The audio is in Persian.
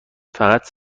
فقط